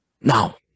now